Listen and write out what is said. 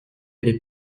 allait